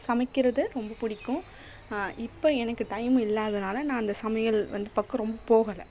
சமைக்கிறது ரொம்ப பிடிக்கும் இப்போ எனக்கு டைம் இல்லாததினால நான் அந்த சமையல் வந்து பக்கம் ரொம்ப போகலை